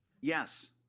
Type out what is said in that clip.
Yes